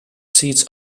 seats